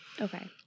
Okay